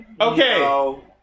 Okay